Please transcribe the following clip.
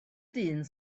dyn